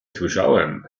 słyszałem